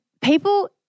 people